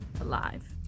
alive